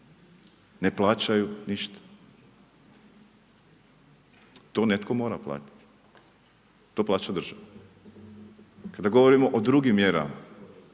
ne plaćaju ništa. tu netko mora platiti, to plaća država. Kada govorimo o drugim mjerama,